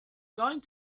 going